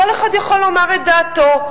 כל אחד יכול לומר את דעתו.